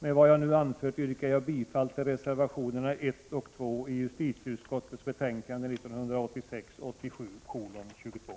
Med vad jag nu anfört yrkar jag bifall till reservationerna 1 och 2 i justitieutskottets betänkande 1986/87:22.